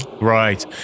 Right